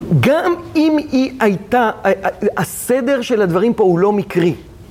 גם אם היא הייתה, הסדר של הדברים פה הוא לא מקרי.